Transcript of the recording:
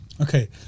okay